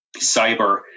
cyber